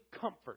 comfort